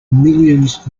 millions